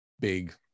big